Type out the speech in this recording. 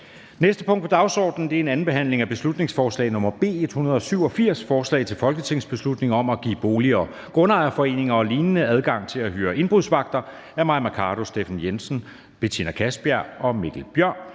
næste punkt på dagsordenen er: 51) 2. (sidste) behandling af beslutningsforslag nr. B 187: Forslag til folketingsbeslutning om at give bolig- og grundejerforeninger og lign. adgang til at hyre indbrudsvagter. Af Mai Mercado (KF), Steffen Larsen (LA), Betina Kastbjerg (DD) og Mikkel Bjørn